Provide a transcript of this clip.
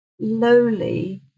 lowly